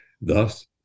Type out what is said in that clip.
Thus